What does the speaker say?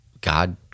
God